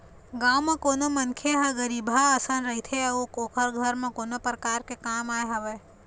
गाँव म कोनो मनखे ह गरीबहा असन रहिथे अउ ओखर घर म कोनो परकार ले काम आय हवय